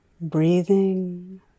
breathing